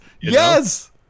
Yes